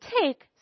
take